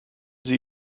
sie